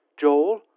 Joel